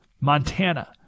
Montana